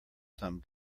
some